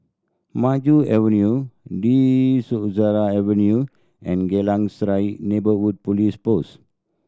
Maju Avenue De Souza Avenue and Geylang Serai Neighbourhood Police Post